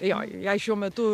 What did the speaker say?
jo jai šiuo metu